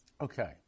okay